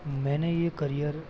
मैंने ये करियर